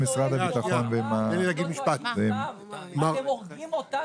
משרד הביטחון ועם --- אתם הורגים אותנו,